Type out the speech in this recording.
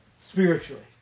Spiritually